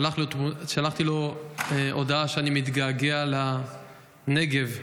שלחתי לו הודעה שאני מתגעגע לנגב,